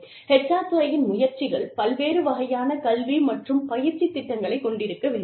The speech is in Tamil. HR துறையின் முயற்சிகள் பல்வேறு வகையான கல்வி மற்றும் பயிற்சித் திட்டங்களைக் கொண்டிருக்க வேண்டும்